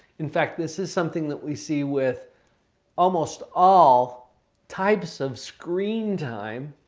in fact, this is something that we see with almost all types of screen time.